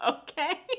okay